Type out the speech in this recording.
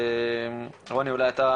ד"ר רוני ברקוביץ,